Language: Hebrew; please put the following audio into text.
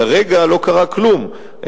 כרגע לא קרה כלום,